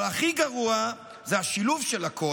אבל הכי גרוע זה השילוב של הכול.